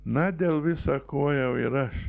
na dėl visa ko jau ir aš